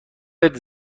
بهت